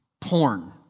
Porn